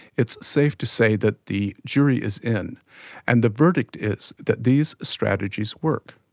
it's safe to say that the jury is in and the verdict is that these strategies work.